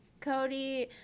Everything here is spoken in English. Cody